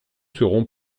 serons